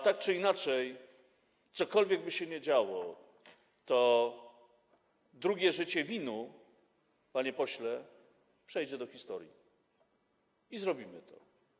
Tak czy inaczej, cokolwiek by się działo, drugie życie VIN-u, panie pośle, przejdzie do historii, zrobimy to.